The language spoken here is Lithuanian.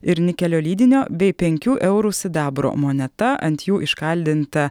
ir nikelio lydinio bei penkių eurų sidabro moneta ant jų iš kaldinta